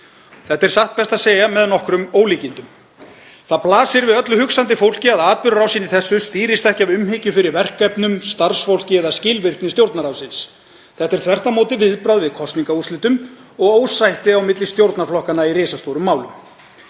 Þetta er satt best að segja með nokkrum ólíkindum. Það blasir við öllu hugsandi fólki að atburðarásin í þessu stýrist ekki af umhyggju fyrir verkefnum, starfsfólki eða skilvirkni Stjórnarráðsins. Þetta er þvert á móti viðbragð við kosningaúrslitum og ósætti á milli stjórnarflokkanna í risastórum málum.